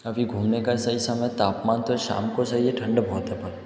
अभी घूमने का सही समय तापमान तो शाम को सही है ठंड बहुत है पर